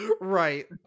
Right